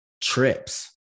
trips